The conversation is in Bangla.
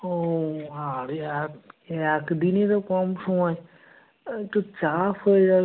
ও আরে এক এক দিনে তো কম সময় একটু চাপ হয়ে যাবে